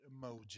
Emoji